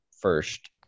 First